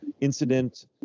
incident